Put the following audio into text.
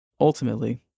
ultimately